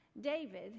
david